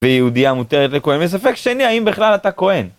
ביהודיה מותרת לכהן וספק שני, האם בכלל אתה כהן?